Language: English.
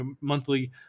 monthly